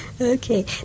Okay